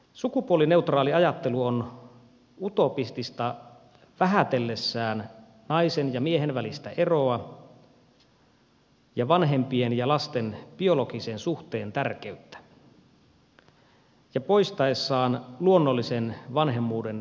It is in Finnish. sukupuolineutraali ajattelu on utopistista vähätellessään naisen ja miehen välistä eroa ja vanhempien ja lasten biologisen suhteen tärkeyttä ja poistaessaan luonnollisen vanhemmuuden lähtökohdan laista